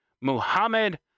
Muhammad